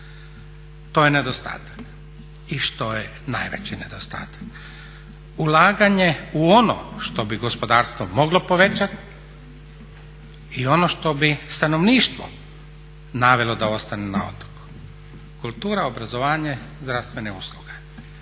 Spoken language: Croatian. To je nedostatak. I što je najveći nedostatak? Ulaganje u ono što bi gospodarstvo moglo povećati i ono što bi stanovništvo navelo da ostane na otoku. Kultura, obrazovanje, zdravstvene usluge.